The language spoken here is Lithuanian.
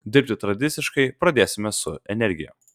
dirbti tradiciškai pradėsime su energija